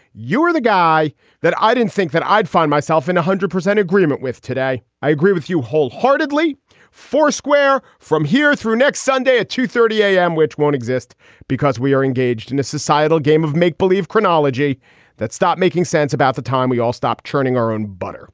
you are the guy that i didn't think that i'd find myself in one hundred percent agreement with today. i agree with you wholeheartedly for square from here through next sunday at two thirty a m, which won't exist because we are engaged in a societal game of make believe chronology that stop making sense about the time we all stop churning our own butter